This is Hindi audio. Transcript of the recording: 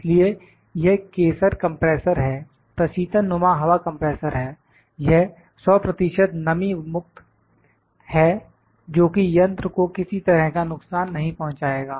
इसलिए यह केसर कंप्रेसर है प्रशीतन नुमा हवा कंप्रेसर है यह 100 प्रतिशत नमी मुक्त है जोकि यंत्र को किसी तरह का नुकसान नहीं पहुँचाएगा